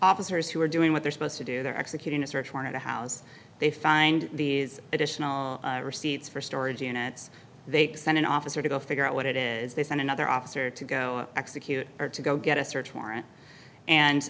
officers who are doing what they're supposed to do they're executing a search warrant a house they find these additional receipts for storage units they send an officer to figure out what it is they sent another officer to go and execute or to go get a search warrant and